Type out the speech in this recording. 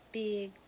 big